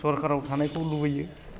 सरखाराव थानायखौ लुबैयो